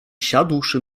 siadłszy